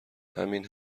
همین